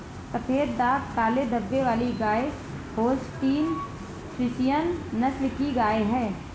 सफेद दाग काले धब्बे वाली गाय होल्सटीन फ्रिसियन नस्ल की गाय हैं